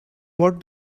what